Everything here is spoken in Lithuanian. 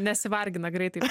nesivargina greitai